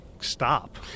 stop